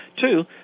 Two